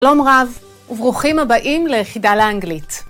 שלום רב, וברוכים הבאים ליחידה לאנגלית.